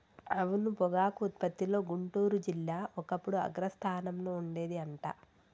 అవును పొగాకు ఉత్పత్తిలో గుంటూరు జిల్లా ఒకప్పుడు అగ్రస్థానంలో ఉండేది అంట